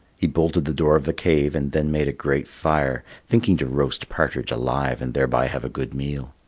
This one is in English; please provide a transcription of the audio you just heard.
he bolted the door of the cave, and then made a great fire, thinking to roast partridge alive and thereby have a good meal.